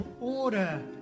order